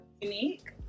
unique